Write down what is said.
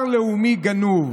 שהוצא אוצר לאומי גנוב.